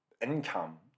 income